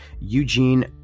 Eugene